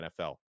NFL